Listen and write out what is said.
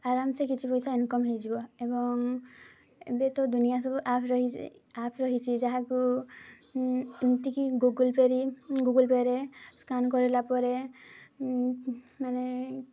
ଆରାମସେ କିଛି ପଇସା ଇନକମ୍ ହେଇଯିବ ଏବଂ ଏବେ ତ ଦୁନିଆ ସବୁ ଆପ୍ ରହି ଆପ୍ ରହିଛି ଯାହାକୁ ଏମିତିକି ଗୁଗଲ୍ ପେରେ ଗୁଗଲ୍ ପେ'ରେ ସ୍କାନ୍ କରିଲା ପରେ ମାନେ